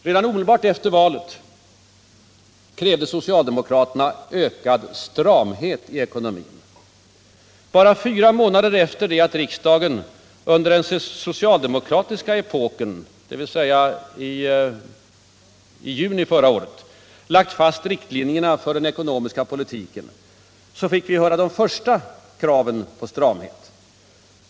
Redan omedelbart efter valet krävde socialdemokraterna ökad stramhet i ekonomin. Bara fyra månader efter det att riksdagen i juni förra året under den = socialdemokratiska epoken, lagt fast = riktlinjerna = för den ekonomiska politiken fick vi höra det första kravet på stramhet.